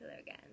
again